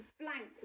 blank